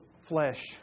flesh